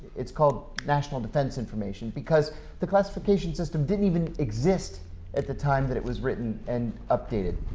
it's called national defense information because the classification system didn't even exist at the time that it was written and updated.